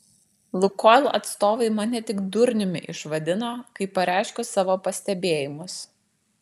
lukoil atstovai mane tik durniumi išvadino kai pareiškiau savo pastebėjimus